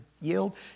Yield